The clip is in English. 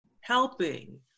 helping